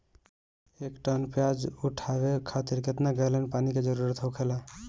एक टन प्याज उठावे खातिर केतना गैलन पानी के जरूरत होखेला?